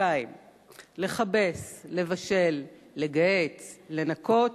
לכבס, לבשל, לגהץ, לנקות,